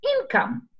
income